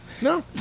No